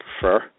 prefer